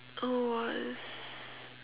uh was